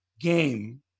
game